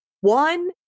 One